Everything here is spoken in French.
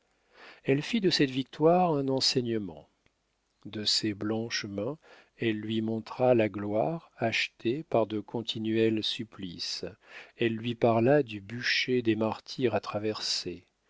elle fit de cette victoire un enseignement de ses blanches mains elle lui montra la gloire achetée par de continuels supplices elle lui parla du bûcher des martyrs à traverser